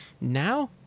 Now